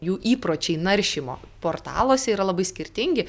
jų įpročiai naršymo portaluose yra labai skirtingi